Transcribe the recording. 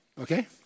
Okay